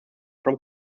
from